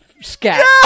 scat